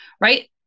right